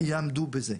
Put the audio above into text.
יעמדו בזה.